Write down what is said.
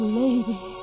lady